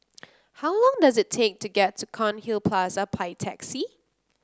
how long does it take to get to Cairnhill Plaza by taxi